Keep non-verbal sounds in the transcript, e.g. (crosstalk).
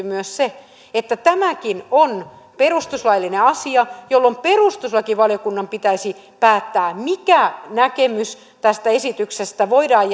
(unintelligible) myös se että tämäkin on perustuslaillinen asia jolloin perustuslakivaliokunnan pitäisi päättää mikä näkemys tästä esityksestä voidaan (unintelligible)